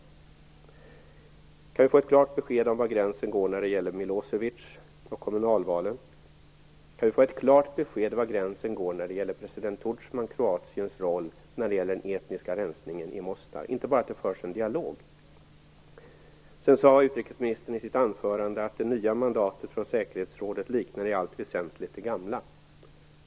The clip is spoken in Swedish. Kan vi få ett klart besked om var gränsen går när det gäller Milosevic och kommunalvalen? Kan vi få ett klart besked om var gränsen går när det gäller president Tudjman och Kroatiens roll i den etniska rensningen i Mostar - inte bara att det förs en dialog? Sedan sade utrikesministern i sitt anförande att det nya mandatet från säkerhetsrådet i allt väsentligt liknar det gamla.